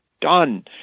done